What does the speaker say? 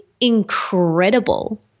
incredible